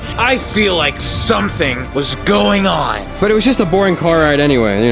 i feel like something was going on. but it was just a boring car ride any way.